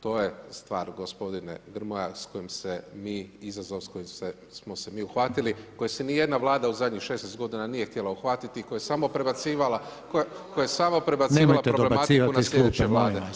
To je stvar gospodine Grmoja s kojim se mi, izazov s kojim smo se mi uhvatili, s kojim se niti jedna Vlada u zadnjih 16 godina nije htjela uhvatiti, koja je samo prebacivala, koja je samo prebacivala… … [[Upadica se ne čuje.]] [[Upadica Reiner: Nemojte dobacivati iz klupe.]] problematiku na sljedeće Vlade.